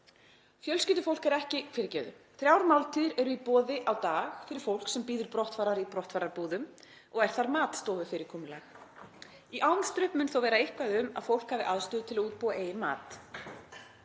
dvöl. Ég held áfram: Þrjár máltíðir eru í boði á dag fyrir fólk sem bíður brottfarar í brottfararbúðum og er það matstofufyrirkomulag. Í Avnstrup mun þó vera eitthvað um að fólk hafi aðstöðu til að útbúa eigin mat.